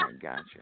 Gotcha